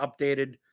updated